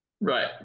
Right